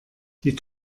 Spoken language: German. die